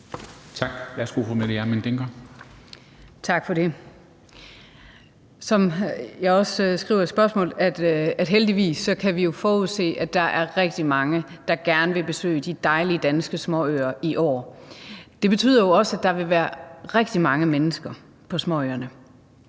Kl. 13:09 Mette Hjermind Dencker (DF): Tak for det. Jeg skriver også i spørgsmålet, at vi heldigvis kan forudse, at der er rigtig mange, der gerne vil besøge de dejlige danske småøer i år. Det betyder jo også, at der vil være rigtig mange mennesker på småøerne.